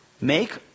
Make